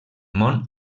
món